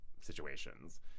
situations